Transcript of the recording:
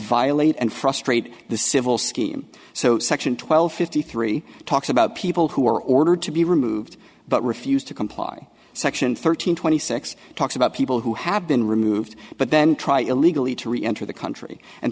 violate and frustrate the civil scheme so section twelve fifty three talks about people who were ordered to be removed but refused to comply section thirteen twenty six talks about people who have been removed but then try illegally to reenter the country and